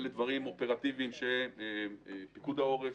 אלה דברים אופרטיביים שפיקוד העורף,